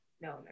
no